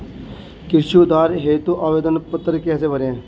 कृषि उधार हेतु आवेदन पत्र कैसे भरें?